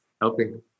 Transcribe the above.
helping